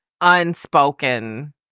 unspoken